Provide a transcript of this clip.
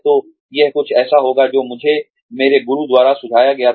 तो यह कुछ ऐसा है जो मुझे मेरे गुरु द्वारा सुझाया गया था